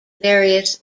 various